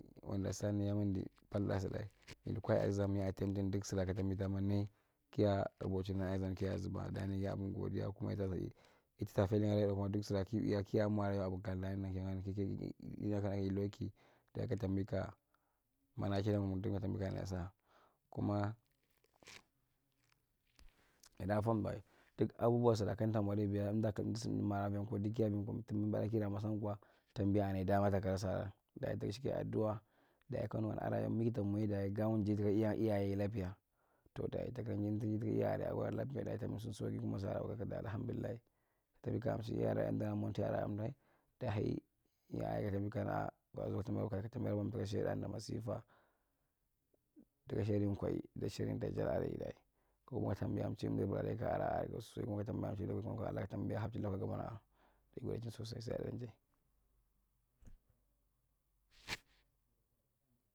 Yi wondastan yamimdi palla sudae mi lukwa exam ya attending dug suva ka tambi ta mwa nai kia rubochin akwa exam kia zuba dayi nigi nbung godia kuma ita ta feeling laan kuma duk sira kiwi kia mwa kwa abokani na kina ei loki dayi katambi kia banachin kuma yada fomdawae duk abubuwa sira kamta mwri bia emdura kamdu sin kia vian kwa duk tambi banai kia kmwa san kwa tambia nai dama takira sa aran dayi dashiki aduwa dayi kanduni kana mi kusta mwa yaye gamwa jai tuka iya iyaye lapia tow takira jai tuka iya area ago area lapia dayi tambisin soki kuma sula iyiwi kirda dayi alahamdullai tambi kayachi iyada area mdaarae mwa monti la mdugae dai haa yare dia tambi ka na’a kwazo kana ka tambia di kwa tamblan ti shiagi masifa tuka shidi ko’ei dai shiring ta itagu area dai yigodechin sosai sai darjae